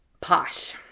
posh